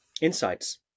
insights